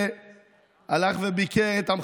מושחתים.